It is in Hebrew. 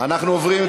אנחנו עוברים,